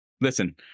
Listen